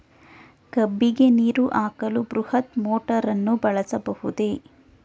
ಕಬ್ಬಿಗೆ ನೀರು ಹಾಕಲು ಬೃಹತ್ ಮೋಟಾರನ್ನು ಬಳಸಬಹುದೇ?